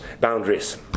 boundaries